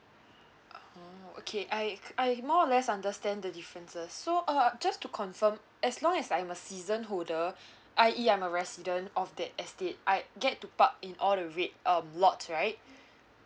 oh okay I I more or less understand the differences so um just to confirm as long as I'm a season holder I ya I'm a resident of that estate I'd get to park in all the red um lots right